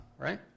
right